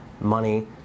money